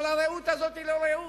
אבל הרעות הזאת היא לא רעות.